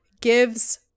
gives